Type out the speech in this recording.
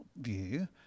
view